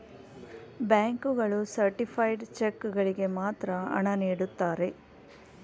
bank ಗಳು certified cheque ಗಳಿಗೆ ಮಾತ್ರ ಹಣ ನೀಡುತ್ತಾರೆ